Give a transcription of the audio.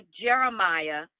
Jeremiah